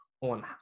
on